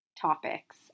Topics